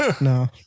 No